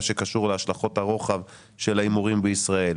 שקשור להשלכות הרוחב של ההימורים בישראל,